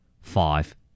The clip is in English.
five